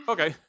Okay